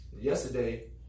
Yesterday